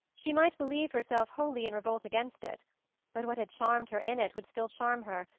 she might believe herself wholly in revolt against it but what had charmed her in it would still charm her,